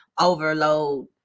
overload